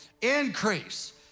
increase